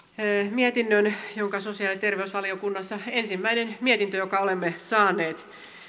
mietinnön sosiaali ja terveysvaliokunnassa ensimmäinen mietintö jonka olemme saaneet